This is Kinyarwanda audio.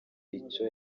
icyo